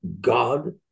God